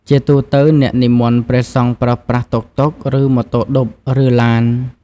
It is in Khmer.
ជាទូទៅ អ្នកនិមន្តព្រះសង្ឃប្រើប្រាស់ តុកតុក ឬម៉ូតូឌុប ឬឡាន។